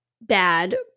bad